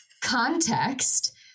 Context